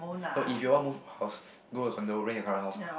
no if you want move house go a condominium rent your current house out